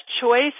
choice